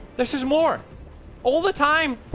this is more all the time